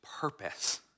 purpose